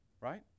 right